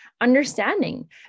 understanding